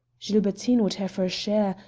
gilbertine would have her share,